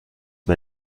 mir